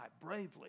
bravely